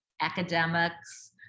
academics